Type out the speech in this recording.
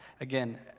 Again